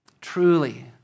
Truly